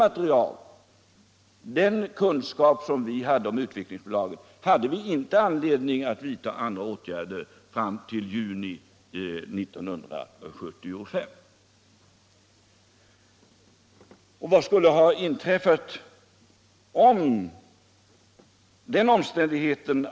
Med den kunskap som vi hade om Svenska Utveeklingsaktiebolaget hade vi fråm till juni månad 1975 inte anledning utt vidta andra åtgärder.